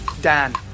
Dan